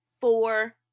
four